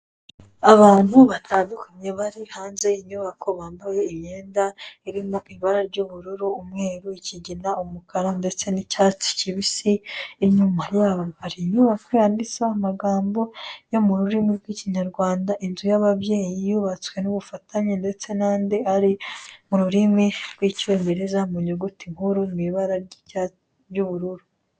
Abantu batandukanye bari hanze y'inyubako, bambaye imyenda irimo ibara ry'ubururu, umweru, ikigina, umukara ndetse n'icyatsi kibisi. Inyuma yabo hari inyubako yanditseho amagambo yo mu rurimi rw'ikinyarwanda "Inzu y'ababyeyi"yubatswe n'ubufatanye ndetse n'andi ari mu rurimi rw'Icyongereza mu nyuguti nkuru mu ibara ry'ubururu.